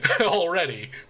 already